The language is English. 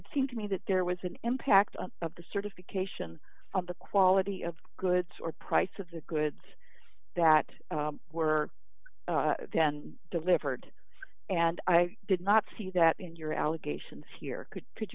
it seemed to me that there was an impact of the certification on the quality of goods or price of the goods that were delivered and i did not see that in your allegations here could could